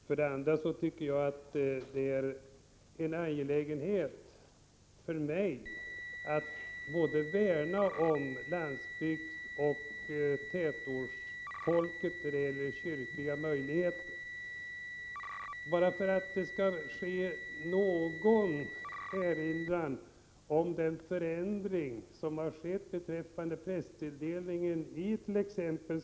För det andra är det angeläget för mig att värna om folket både på landsbygden och i tätorterna när det gäller kyrkliga möjligheter. För att det skall finnas någon erinran om den förändring som skett beträffande prästtilldelningen it.ex.